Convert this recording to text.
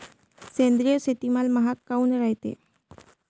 सेंद्रिय शेतीमाल महाग काऊन रायते?